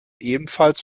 ebenfalls